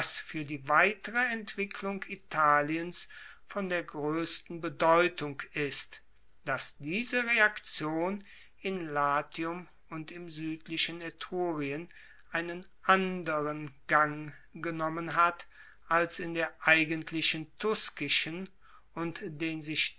fuer die weitere entwicklung italiens von der groessten bedeutung ist dass diese reaktion in latium und im suedlichen etrurien einen andern gang genommen hat als in der eigentlichen tuskischen und den sich